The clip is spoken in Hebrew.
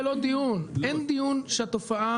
אין דיון.